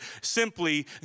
simply